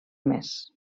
més